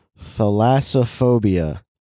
thalassophobia